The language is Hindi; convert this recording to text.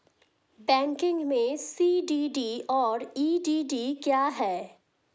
बैंकिंग में सी.डी.डी और ई.डी.डी क्या हैं?